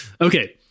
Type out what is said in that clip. Okay